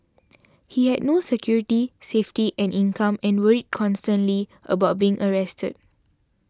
he had no security safety and income and worried constantly about being arrested